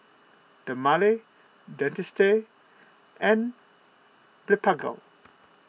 Dermale Dentiste and Blephagel